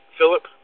Philip